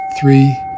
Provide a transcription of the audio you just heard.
three